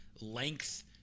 length